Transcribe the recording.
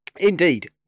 Indeed